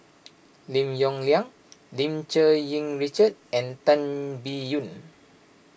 Lim Yong Liang Lim Cherng Yih Richard and Tan Biyun